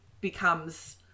becomes